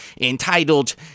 Entitled